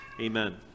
Amen